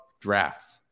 drafts